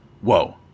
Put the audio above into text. Whoa